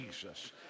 Jesus